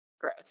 Gross